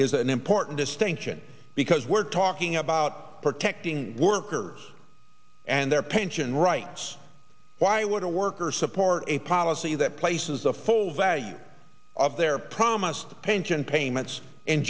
is an important distinction because we're talking about protecting workers and their pension rights why would a worker support a policy that places the full value of their promise the pension payments in